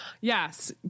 yes